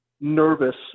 nervous